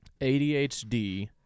ADHD